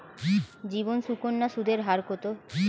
জীবন সুকন্যা সুদের হার কত?